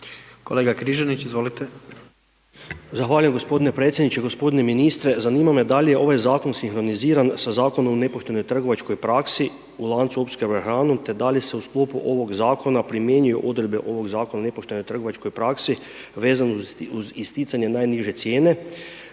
**Križanić, Josip (HDZ)** Zahvaljujem g. predsjedniče. g. ministre, zanima me da li je ovaj Zakon sinkroniziran sa Zakonom o nepoštenoj trgovačkoj praksi u lancu opskrbe hranom, te da li se u sklopu ovog Zakona primjenjuju odredbe ovog Zakona o nepoštenoj trgovačkoj praksi vezano uz isticanje najniže cijene